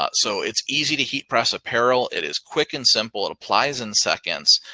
but so it's easy to heat press apparel. it is quick and simple. it applies in seconds.